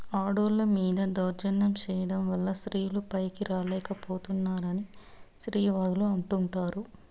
ఆడోళ్ళ మీద దౌర్జన్యం చేయడం వల్ల స్త్రీలు పైకి రాలేక పోతున్నారని స్త్రీవాదులు అంటుంటారు